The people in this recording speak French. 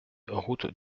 route